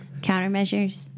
countermeasures